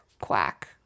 quack